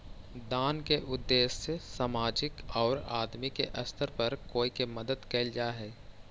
दान के उद्देश्य सामाजिक औउर आदमी के स्तर पर कोई के मदद कईल जा हई